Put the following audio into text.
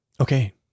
Okay